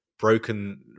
broken